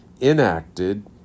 Enacted